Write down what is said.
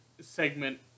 segment